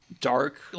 dark